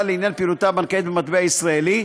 לעניין פעילותה הבנקאית במטבע ישראלי,